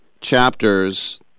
chapters